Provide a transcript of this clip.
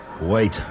Wait